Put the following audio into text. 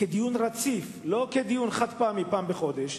דיון רציף, לא דיון חד-פעמי, פעם אחת בחודש,